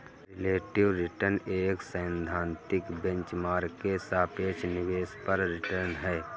relative return एक सैद्धांतिक benchmark के सापेक्ष निवेश पर रिटर्न है